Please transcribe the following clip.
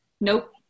Nope